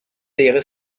دقیقه